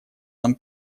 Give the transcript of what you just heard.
нам